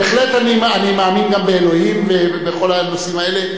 בהחלט אני מאמין גם באלוהים ובכל הנושאים האלה,